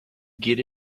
get